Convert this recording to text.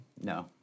No